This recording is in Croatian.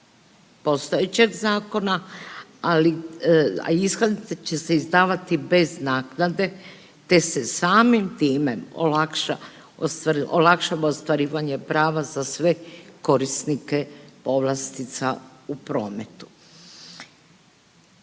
postojećeg zakona, a iskaznice će se izdavati bez naknade te se samim time olakšava ostvarivanje prava za sve korisnike povlastica u prometu.